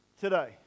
today